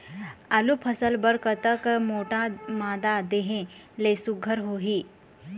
आलू फसल बर कतक मोटा मादा देहे ले सुघ्घर होही?